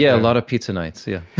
yeah a lot of pizza nights, yeah